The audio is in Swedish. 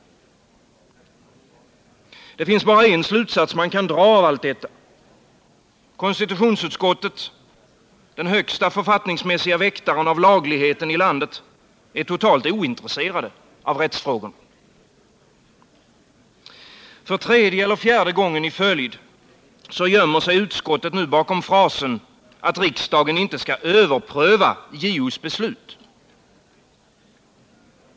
Det finns bara en slutsats man kan dra av allt detta: konstitutionsutskottet, den högsta författningsmässiga väktaren av lagligheten i landet, är totalt ointresserat av rättsfrågorna. För tredje eller fjärde gången i följd gömmer sig utskottet bakom frasen att riksdagen inte skall överpröva JO:s beslut.